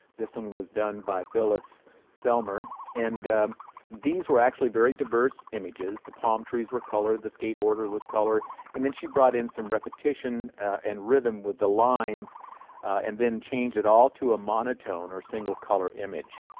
this one was done by phyllis thelmer and these were actually very diverse images. the palm trees were colored, the skateboarder was colored and then, she brought in some repetition and rhythm with the lines and then changed it all to a monotone or single color image.